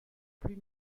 plus